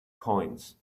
coins